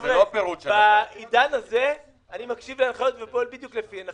אבל --- בעידן הזה אני מקשיב להנחיות ופועל בדיוק לפיהן,